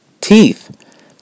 teeth